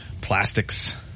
plastics